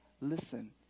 listen